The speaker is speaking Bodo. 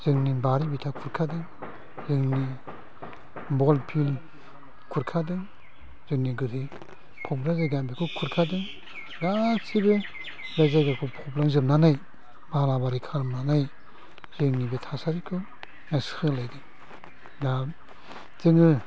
जोंनि बारि बिथा खुरखादों जोंनि बल फिल्ड खुरखादों जोंनि गोथै फबनाय जायगा बेखौ खुरखादों गासै बे बिलोखौ फबलांजोबनानै हाग्राबारि खालामनानै जोंनि बे थासारिखौ सोलायदों दा जोङो